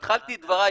אני התחלתי את דבריי,